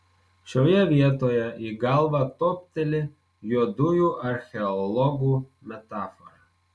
šioje vietoje į galvą topteli juodųjų archeologų metafora